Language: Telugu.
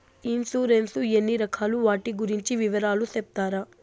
ఇన్సూరెన్సు ఎన్ని రకాలు వాటి గురించి వివరాలు సెప్తారా?